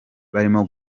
barimo